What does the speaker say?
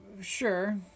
Sure